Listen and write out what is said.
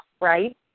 right